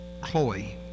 Chloe